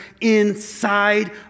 inside